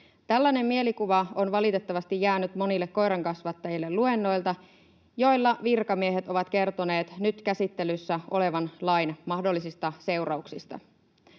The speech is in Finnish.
Tällainen mielikuva on valitettavasti jäänyt monille koirankasvattajille luennoilta, joilla virkamiehet ovat kertoneet nyt käsittelyssä olevan lain mahdollisista seurauksista.